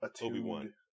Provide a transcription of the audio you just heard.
obi-wan